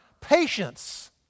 patience